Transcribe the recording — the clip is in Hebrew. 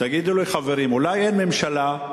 תגידו לי, חברים, אולי אין ממשלה?